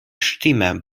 stimme